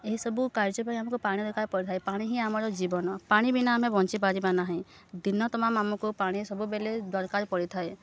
ଏହିସବୁ କାର୍ଯ୍ୟ ପାଇଁ ଆମକୁ ପାଣି ଦରକାର ପଡ଼ିଥାଏ ପାଣି ହିଁ ଆମର ଜୀବନ ପାଣି ବିନା ଆମେ ବଞ୍ଚିପାରିବା ନାହିଁ ଦିନତମାମ ଆମକୁ ପାଣି ସବୁବେଳେ ଦରକାର ପଡ଼ିଥାଏ